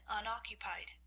unoccupied